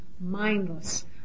mindless